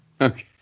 Okay